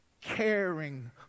Caring